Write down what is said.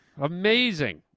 amazing